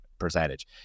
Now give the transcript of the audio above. Percentage